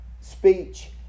speech